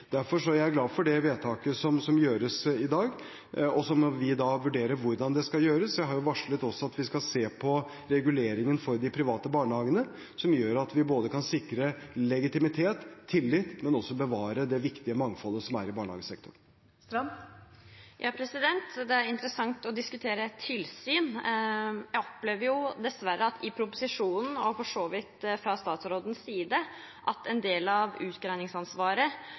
Derfor er jeg glad for det vedtaket som gjøres i dag. Så må vi vurdere hvordan dette skal gjøres. Jeg har også varslet at vi skal se på reguleringen for de private barnehagene, som gjør at vi kan sikre både legitimitet og tillit, men også bevare det viktige mangfoldet som er i barnehagesektoren. Det er interessant å diskutere tilsyn. Jeg opplever dessverre av proposisjonen – og for så vidt fra statsrådens side – at en del av